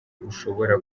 ushobora